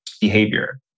behavior